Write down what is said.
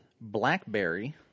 Blackberry